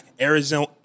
Arizona